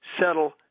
settle